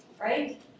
right